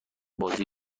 بازی